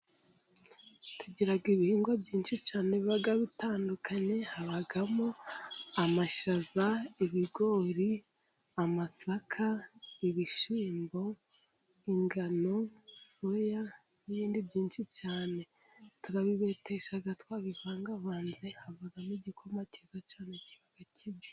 Tugira ibihingwa byinshi cyane biba bitandukanye. Habamo; amashaza, ibigori, amasaka, ibishyimbo ,ingano, soya n'ibindi byinshi cyane. Turabibetesha twabivangavanze, havamo igikoma cyiza cyane kiba kiryoshye.